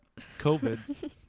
COVID